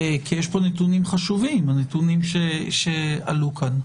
כי יש פה נתונים חשובים, הנתונים שעלו כאן.